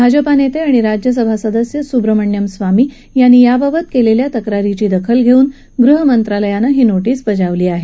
भाजपा नेते आणि राज्यसभा सदस्य सुब्रमण्यन स्वामी यांनी याबाबत केलेल्या तक्रारीची दखल घेऊन गृहमंत्रालयानं ही नोटीस बजावली आहे